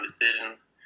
decisions